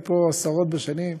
אני פה עשרות בשנים,